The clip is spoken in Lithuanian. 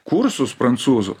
kursus prancūzų